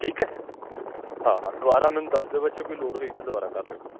ਠੀਕ ਹੈ ਹਾਂ ਹਾਂ ਦੁਬਾਰਾ ਮੈਨੂੰ ਦੱਸ ਦਿਓ ਬੱਚੇ ਕੋਈ ਲੋੜ ਹੋਈ ਤਾਂ ਦੁਬਾਰਾ ਕਰ ਲਿਓ ਫੋਨ